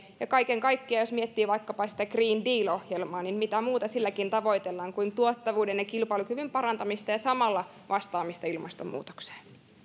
ja kaiken kaikkiaan jos miettii vaikkapa sitä green deal ohjelmaa niin mitä muuta silläkin tavoitellaan kuin tuottavuuden ja kilpailukyvyn parantamista ja samalla vastaamista ilmastonmuutokseen